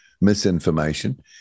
misinformation